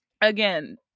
again